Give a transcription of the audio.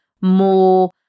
more